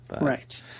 Right